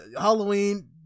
Halloween